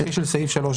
הנגשה שפתית,